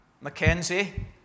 Mackenzie